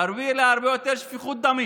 תביא להרבה יותר שפיכות דמים,